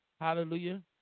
hallelujah